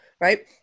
right